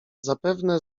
zapewne